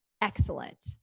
excellent